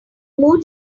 more